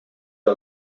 der